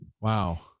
Wow